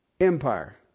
empire